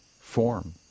form